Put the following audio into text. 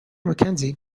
mackenzie